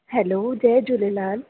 hello जय झूलेलाल